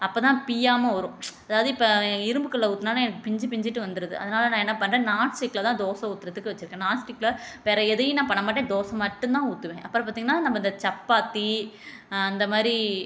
அப்போதான் பிய்யாமல் வரும் அதாவது இப்போ இரும்புக்கல் ஊற்றுனா எனக்கு பிஞ்சு பிஞ்சுட்டு வந்துடுது அதனால் நான் என்ன பண்றேன் நான்ஸ்டிக்கிலதான் தோசை ஊற்றறதுக்கு வச்சுருக்கேன் நான்ஸ்டிக்கில் வேறு எதையும் நான் பண்ண மாட்டேன் தோசை மட்டும்தான் ஊற்றுவேன் அப்புறம் பார்த்தீங்கன்னா நம்ம இந்த சப்பாத்தி அந்த மாதிரி